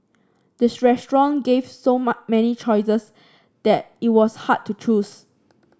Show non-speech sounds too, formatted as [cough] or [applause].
the [unintelligible] restaurant gave so [unintelligible] many choices that it was hard to choose